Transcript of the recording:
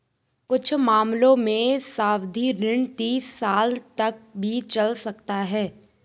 कुछ मामलों में सावधि ऋण तीस साल तक भी चल सकता है